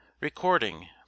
Recording